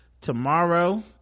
tomorrow